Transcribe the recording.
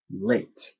late